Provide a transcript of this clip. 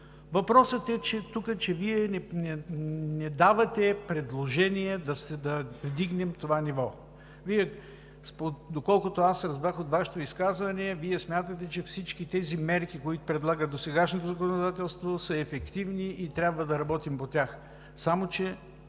Въпросът тук е, че Вие не давате предложения да вдигнем нивото. Доколкото разбрах от Вашето изказване, Вие смятате, че всички мерки, които предлага досегашното законодателство, са ефективни и трябва да работим по тях. Само че